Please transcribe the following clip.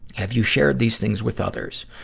have you shared these things with others?